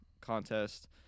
contest